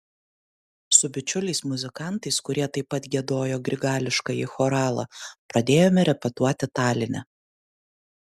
su bičiuliais muzikantais kurie taip pat giedojo grigališkąjį choralą pradėjome repetuoti taline